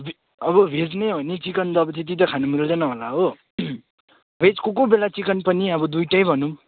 अब भेज नै हो चिकन त अब त्यति त खानु मिल्दैन होला हो भेज कोही कोही बेला चिकन पनि अब दुईवटै भनौँ